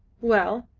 well,